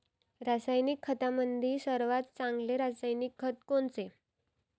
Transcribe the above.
रासायनिक खतामंदी सर्वात चांगले रासायनिक खत कोनचे?